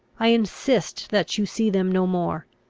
i insist that you see them no more.